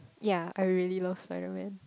ya I really love Spiderman